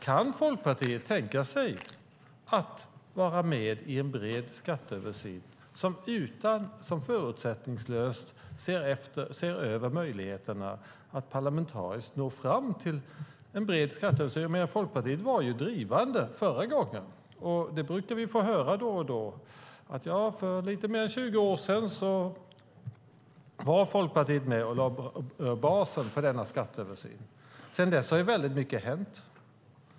Kan Folkpartiet tänka sig att vara med i en bred skatteöversyn som förutsättningslöst ser över möjligheterna att parlamentariskt nå fram till en bred skatteöverenskommelse? Folkpartiet var ju drivande förra gången. Vi brukar få höra lite då och då att lite mer än 20 år sedan var Folkpartiet med och lade basen för en skatteöversyn. Sedan dess har väldigt mycket hänt.